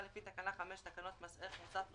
לפי תקנה 5 לתקנות מס ערך מוסף (רישום),